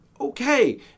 okay